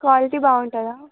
quality బాగుంటుందా